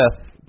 death